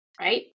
right